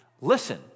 Listen